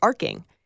arcing